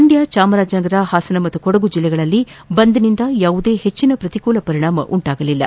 ಮಂಡ್ಯ ಚಾಮರಾಜನಗರ ಹಾಸನ ಮತ್ತು ಕೊಡಗು ಜಿಲ್ಲೆಗಳಲ್ಲಿ ಬಂದ್ನಿಂದ ಯಾವುದೇ ಹೆಟ್ಟನ ಪ್ರತಿಕೂಲ ಪರಿಣಾಮ ಉಂಟಾಗಲಿಲ್ಲ